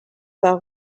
par